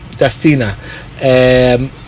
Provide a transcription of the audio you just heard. Justina